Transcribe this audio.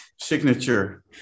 Signature